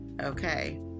okay